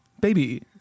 Baby